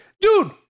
dude